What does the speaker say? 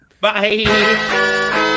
bye